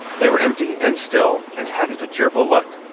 they were empty and still, and hadn't a cheerful look,